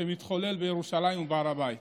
שמתחוללות בירושלים ובהר הבית.